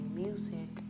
music